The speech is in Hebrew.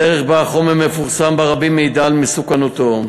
הדרך שבה החומר מפורסם ברבים מעידה על מסוכנותו.